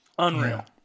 Unreal